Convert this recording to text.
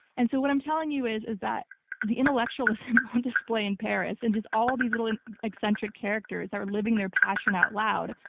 and so what i'm telling you is, is that the intellectualism on display in paris and just all these little eccentric characters are living their passion out loud.